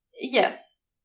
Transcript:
Yes